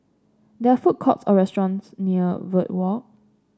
there are food courts or restaurants near Verde Walk